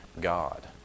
God